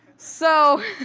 so,